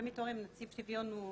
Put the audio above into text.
אנחנו שמנו את הנושא של תרבות השנה כנושא